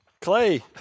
Clay